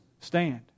stand